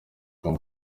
tom